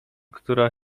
która